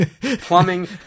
plumbing